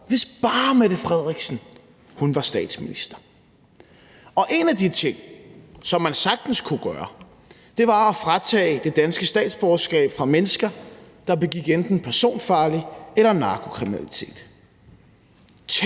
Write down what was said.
hvis bare Mette Frederiksen var statsminister. En af de ting, som man sagtens kunne gøre, var at tage det danske statsborgerskab fra mennesker, der begik enten personfarlig kriminalitet